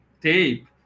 tape